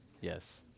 Yes